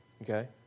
Okay